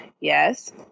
Yes